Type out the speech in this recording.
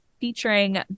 featuring